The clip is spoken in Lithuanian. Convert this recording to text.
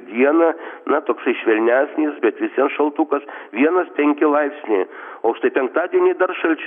vieną na toksai švelnesnis bet vis vien šaltukas vienas penki laipsniai o štai penktadienį dar šalčiau